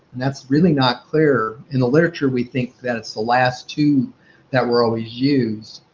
and that's really not clear. in the literature, we think that it's the last two that were always used.